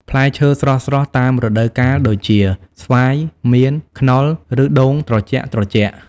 ផ្លែឈើស្រស់ៗតាមរដូវកាលដូចជា ស្វាយ មៀន ខ្នុរ ឬដូងត្រជាក់ៗ ។